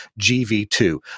GV2